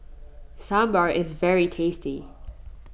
Sambar is very tasty